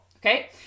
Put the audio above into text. Okay